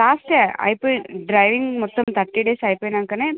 last day అయిపోయి driving మొత్తం thirty days అయిపోయాకే